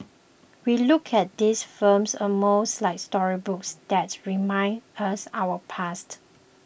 we look at these films almost like storybooks that remind us about our past